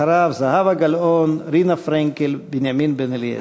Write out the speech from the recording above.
אחריו, זהבה גלאון, רינה פרנקל ובנימין בן-אליעזר.